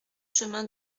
chemin